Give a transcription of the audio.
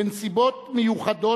בנסיבות מיוחדות,